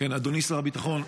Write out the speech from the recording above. אדוני שר הביטחון,